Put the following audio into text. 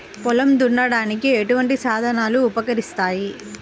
పొలం దున్నడానికి ఎటువంటి సాధనాలు ఉపకరిస్తాయి?